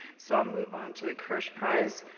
so i'll move on to the kirsch prize,